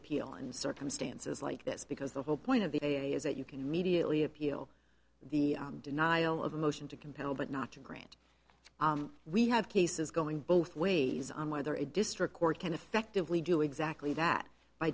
appeal in circumstances like this because the whole point of the day is that you can immediately appeal the denial of a motion to compel but not to grant we have cases going both ways on whether a district court can effectively do exactly that by